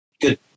good